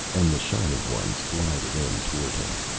and the shining ones glided in toward him.